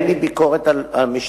אין לי ביקורת על המשטרה.